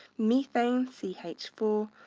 methane, c h four,